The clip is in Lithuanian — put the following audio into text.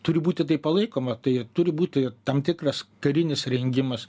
turi būti tai palaikoma tai turi būti tam tikras karinis rengimas